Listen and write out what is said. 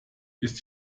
ist